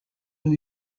new